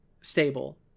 stable